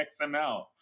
XML